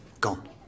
Gone